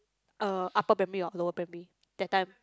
uh upper primary or lower primary that time